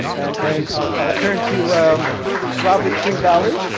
and and i'll turn to um robert tringali.